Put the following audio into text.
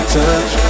touch